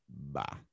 Bye